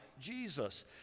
Jesus